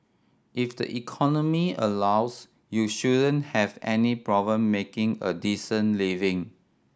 if the economy allows you shouldn't have any problem making a decent living